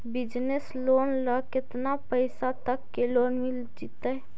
Business loan ल केतना पैसा तक के लोन मिल जितै?